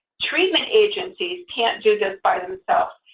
treatment agencies can't do this by themselves.